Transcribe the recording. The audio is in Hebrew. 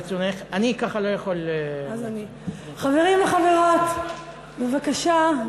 ברשותך, אני ככה לא יכול, חברים וחברות, בבקשה,